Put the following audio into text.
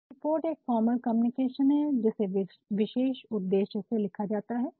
तो रिपोर्ट एक formal communication है जिसे विशेष उद्देश्य से लिखा जाता है